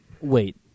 Wait